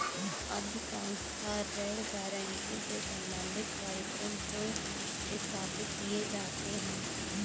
अधिकांशतः ऋण गारंटी से संबंधित कार्यक्रम क्यों स्थापित किए जाते हैं?